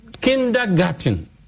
kindergarten